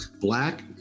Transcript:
black